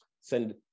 send